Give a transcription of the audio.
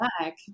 back